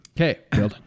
Okay